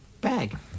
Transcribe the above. bag